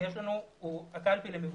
שיש לנו הוא הקלפי למבודדים.